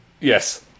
Yes